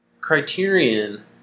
criterion